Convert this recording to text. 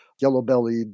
yellow-bellied